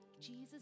Jesus